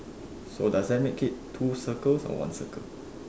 so those that make it two circles or one circle